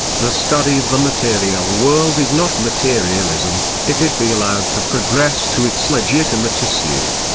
the study of the material world is not materialism, if it be allowed to progress to its legitimate issue.